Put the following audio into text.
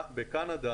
בקנדה